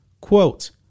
Quote